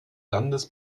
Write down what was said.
landes